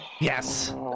Yes